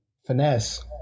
Finesse